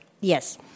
Yes